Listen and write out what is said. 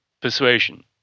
persuasion